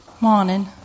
Morning